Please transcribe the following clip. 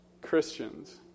Christians